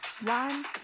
One